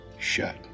shut